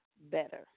better